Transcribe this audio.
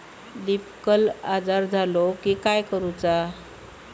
Leaf curl आजार झालो की काय करूच?